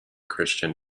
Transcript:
christian